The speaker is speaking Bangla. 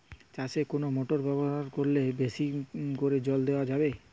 চাষে কোন মোটর ব্যবহার করলে বেশী করে জল দেওয়া যাবে?